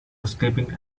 escaping